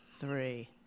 three